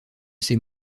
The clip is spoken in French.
ces